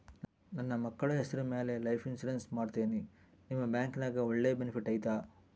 ನನ್ನ ಮಕ್ಕಳ ಹೆಸರ ಮ್ಯಾಲೆ ಲೈಫ್ ಇನ್ಸೂರೆನ್ಸ್ ಮಾಡತೇನಿ ನಿಮ್ಮ ಬ್ಯಾಂಕಿನ್ಯಾಗ ಒಳ್ಳೆ ಬೆನಿಫಿಟ್ ಐತಾ?